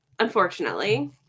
Unfortunately